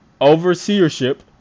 overseership